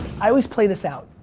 i always play this out.